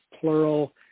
plural